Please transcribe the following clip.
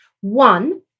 One